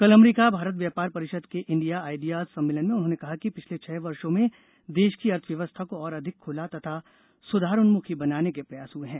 कल अमरीका भारत व्यापार परिषद के इंडिया आइडियाज सम्मेलन में उन्होंने कहा कि पिछले छह वर्षों में देश की अर्थव्यवस्था को और अधिक खुला तथा सुधारोन्मुखी बनाने के प्रयास हुए हैं